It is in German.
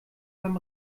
beim